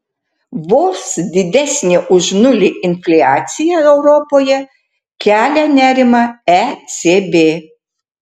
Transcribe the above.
vos didesnė už nulį infliacija europoje kelia nerimą ecb